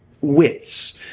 wits